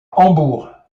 hambourg